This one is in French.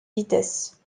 vitesses